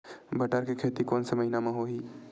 बटर के खेती कोन से महिना म होही?